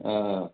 ओ